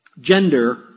gender